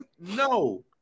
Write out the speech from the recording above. No